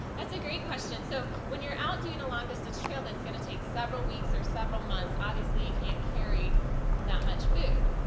that's a great question. so when you're out doing the long distance trail that's going to take several weeks or several months, obviously you can't carry that much food.